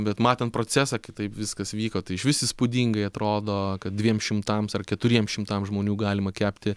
bet matant procesą kai taip viskas vyko tai išvis įspūdingai atrodo kad dviem šimtams ar keturiems šimtams žmonių galima kepti